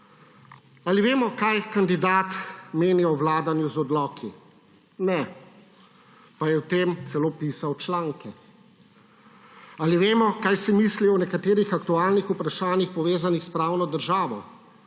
Ali vemo, kaj kandidat meni o vladanju z odloki? Ne. Pa je o tem celo pisal članke. Ali vemo, kaj si misli o nekaterih aktualnih vprašanjih, povezanih s pravno državo?